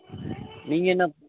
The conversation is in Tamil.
நீங்கள் என்ன